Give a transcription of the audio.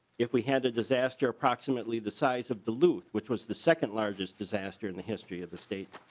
if we had a disaster approximately the size of duluth which was the second largest disaster in the history of the state.